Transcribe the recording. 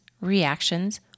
reactions